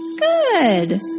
Good